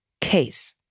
case